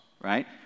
right